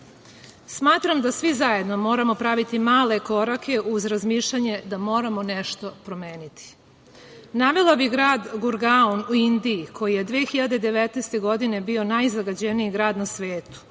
planete. Smatram da svi zajedno moramo praviti male korake uz razmišljanje da moramo nešto promeniti. Navela bih grad Gurgaon u Indiji koji je 2019. godine bio najzagađeniji grad na svetu.